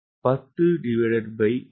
1 10 57